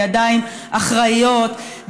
בידיים אחראיות,